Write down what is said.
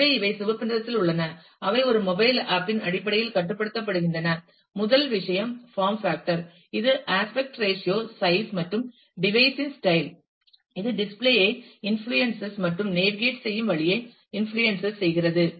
எனவே இவை சிவப்பு நிறத்தில் உள்ளன அவை ஒரு மொபைல் ஆப் இன் அடிப்படையில் கட்டுப்படுத்தப்படுகின்றன முதல் விஷயம் form factor இது அஸ்பெக்ட் ரேஷியோ சைஸ் மற்றும் டிவைஸ் இன் ஸ்டைல் இது டிஸ்ப்ளே ஐ இன்புளூயன்ஸ் மற்றும் நேவிகேட் செய்யும் வழியை இன்புளூயன்ஸ் செய்கிறது